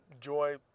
joy